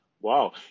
wow